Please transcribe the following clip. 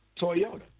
Toyota